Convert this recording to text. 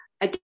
again